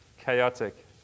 chaotic